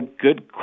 good